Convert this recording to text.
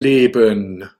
leben